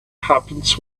happens